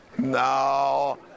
No